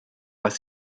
was